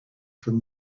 from